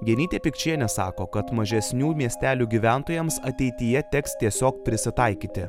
genytė pikčienė sako kad mažesnių miestelių gyventojams ateityje teks tiesiog prisitaikyti